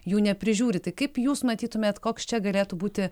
jų neprižiūri kaip jūs matytumėt koks čia galėtų būti